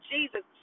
Jesus